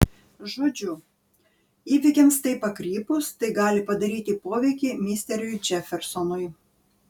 žodžiu įvykiams taip pakrypus tai gali padaryti poveikį misteriui džefersonui